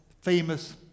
famous